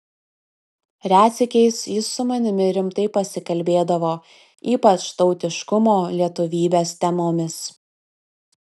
retsykiais jis su manimi rimtai pasikalbėdavo ypač tautiškumo lietuvybės temomis